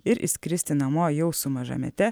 ir išskristi namo jau su mažamete